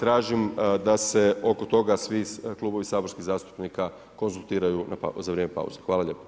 tražim da se oko toga svi klubovi saborskih zastupnika konzultiraju za vrijeme pauze.